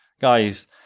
guys